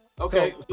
okay